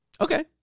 Okay